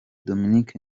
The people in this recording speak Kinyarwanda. dominic